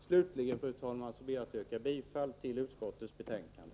Slutligen, fru talman, ber jag att få yrka bifall till hemställan i utskottets betänkande.